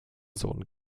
sohn